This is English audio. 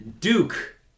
Duke